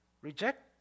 Reject